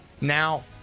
Now